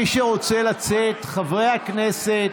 בבקשה, מי שרוצה לצאת, חברי הכנסת,